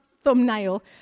thumbnail